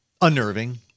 unnerving